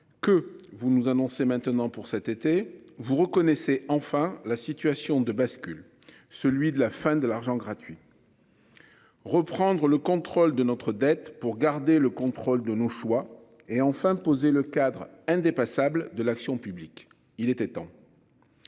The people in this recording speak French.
Que vous nous annoncez maintenant pour cet été. Vous reconnaissez enfin la situation de bascule, celui de la fin de l'argent gratuit. Reprendre le contrôle de notre dette pour garder le contrôle de nos choix et enfin de poser le cadre indépassable de l'action publique. Il était temps.